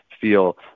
feel